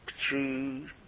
true